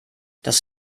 das